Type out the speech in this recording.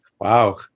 Wow